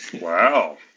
Wow